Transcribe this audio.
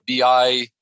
BI